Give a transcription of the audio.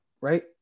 right